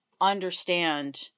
understand